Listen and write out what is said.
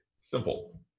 Simple